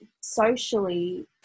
socially